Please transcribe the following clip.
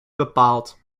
bepaald